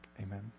amen